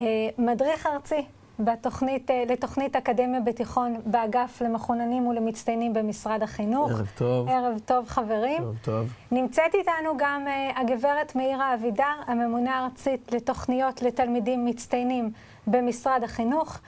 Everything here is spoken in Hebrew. מדריך ארצי לתוכנית אקדמיה בתיכון באגף למחוננים ולמצטיינים במשרד החינוך. ערב טוב. ערב טוב חברים. נמצאת איתנו גם הגברת מאירה אבידר הממונה ארצית לתוכניות לתלמידים מצטיינים במשרד החינוך